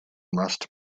must